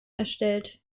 erstellt